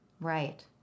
Right